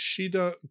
Shida